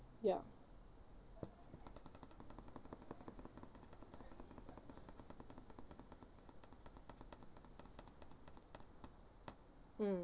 ya mm